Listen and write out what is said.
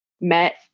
met